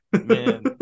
man